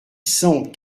cent